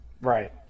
Right